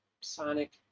Sonic